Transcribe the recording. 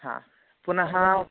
हा पुनः